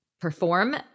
perform